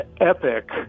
epic